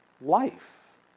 life